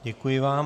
Děkuji vám.